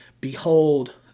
Behold